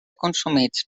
consumits